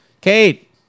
Kate